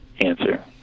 answer